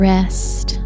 Rest